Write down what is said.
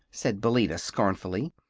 said billina, scornfully,